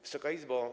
Wysoka Izbo!